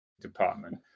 department